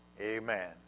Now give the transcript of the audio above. Amen